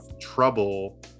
trouble